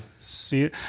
See